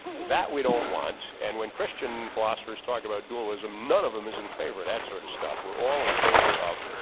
that we don't want and when christian philosophers talk about dualism none of them is in favor of that sort of stuff, we're all in favor of,